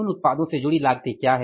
उन उत्पादों से जुड़ी लागतें क्या है